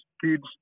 kids